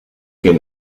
que